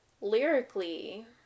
Lyrically